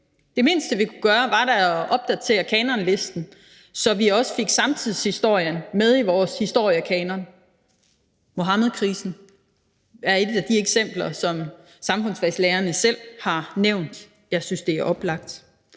Det mindste, vi kunne gøre, var da at opdatere kanonlisten, så vi også fik samtidshistorie med i vores historiekanon. Muhammedkrisen er et af de eksempler, som samfundsfagslærerne selv har nævnt. Jeg synes, det er oplagt,